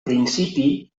principi